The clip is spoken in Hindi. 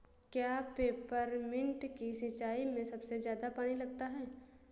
क्या पेपरमिंट की सिंचाई में सबसे ज्यादा पानी लगता है?